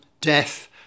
death